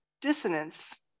dissonance